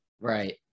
Right